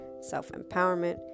self-empowerment